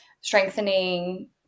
strengthening